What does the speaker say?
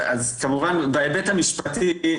אז כמובן בהיבט המשפטי,